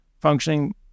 functioning